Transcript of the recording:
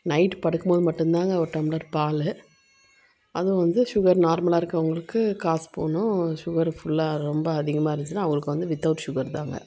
night படுக்கும்போது மட்டும்தாங்க ஒரு டம்ளர் பால் அதுவும் வந்து சுகர் நார்மலாக இருக்கிறவுங்களுக்கு கால் ஸ்பூனும் சுகர் ஃபுல்லாக ரொம்ப அதிகமாக இருந்துச்சுனால் அவங்களுக்கு வந்து வித்தவுட் சுகர் தாங்க